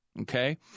okay